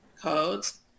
codes